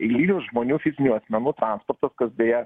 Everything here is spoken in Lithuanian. eilinių žmonių fizinių asmenų transportas kas beje